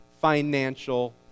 financial